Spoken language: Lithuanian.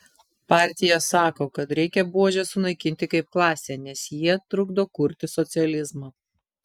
partija sako kad reikia buožes sunaikinti kaip klasę nes jie trukdo kurti socializmą